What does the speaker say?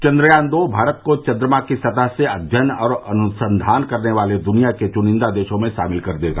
चंद्रयान दो भारत को चंद्रमा की सतह से अध्ययन और अनुसंधान करने वाले दुनिया के चुनिंदा देशों में शामिल कर देगा